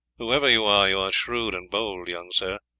whoever you are, you are shrewd and bold, young sir.